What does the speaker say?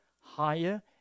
higher